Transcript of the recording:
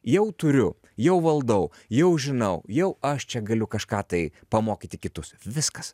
jau turiu jau valdau jau žinau jau aš čia galiu kažką tai pamokyti kitus viskas